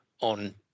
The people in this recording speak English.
on